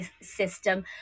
system